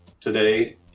today